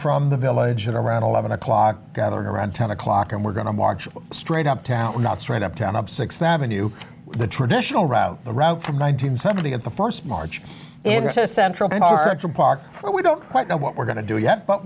from the village at around eleven o'clock gathering around ten o'clock and we're going to march straight up down not straight up down up sixth avenue the traditional route route from nine hundred seventy at the first march into central park where we don't quite know what we're going to do yet but